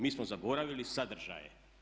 Mi smo zaboravili sadržaje.